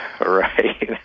Right